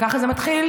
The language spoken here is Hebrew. ככה זה מתחיל?